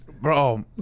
Bro